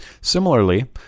Similarly